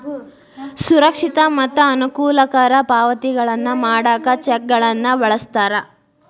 ಸುರಕ್ಷಿತ ಮತ್ತ ಅನುಕೂಲಕರ ಪಾವತಿಗಳನ್ನ ಮಾಡಾಕ ಚೆಕ್ಗಳನ್ನ ಬಳಸ್ತಾರ